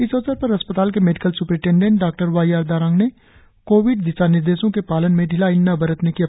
इस अवसर पर अस्पताल के मेडिकल स्परिटेंडेंट डॉ वाई आर दारांग ने कोविड दिशानिर्देशों के पालन में ढिलाई न बरतने की अपील की